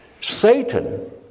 Satan